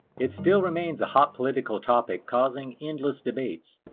it still remains a hot political topic causing endless debates.